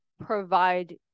provide